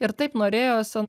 ir taip norėjosi